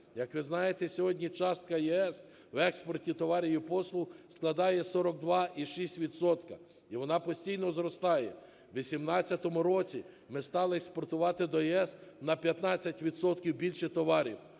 Як ви знаєте, сьогодні частка ЄС в експорті товарів і послуг складає 42,6 відсотка, і вона постійно зростає. У 18-му році ми стали експортувати до ЄС на 15 відсотків більше товарів.